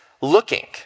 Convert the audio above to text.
looking